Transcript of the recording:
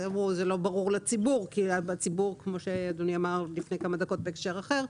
אמרו זה לא ברור לציבור כי כמו שאדוני אמר לפני כמה דקות בהקשר אחר,